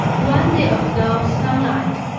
when they observe sunlight,